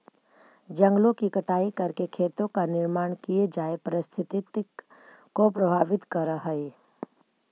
जंगलों की कटाई करके खेतों का निर्माण किये जाए पारिस्थितिकी को प्रभावित करअ हई